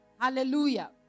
Hallelujah